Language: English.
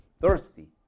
thirsty